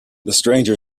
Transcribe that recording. stranger